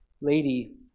lady